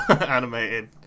animated